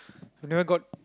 you never got